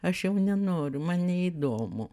aš jau nenoriu man neįdomu